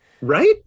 Right